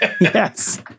yes